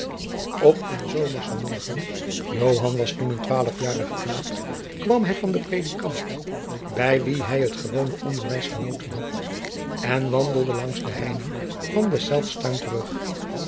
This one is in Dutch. op een zomerschen morgen joan was toen een twaalfjarige knaap kwam hij van den predikant bij wien hij het gewone onderwijs genoten had en wandelde langs de heining van deszelfs tuin terug